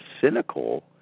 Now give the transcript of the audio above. cynical